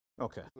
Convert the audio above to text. Okay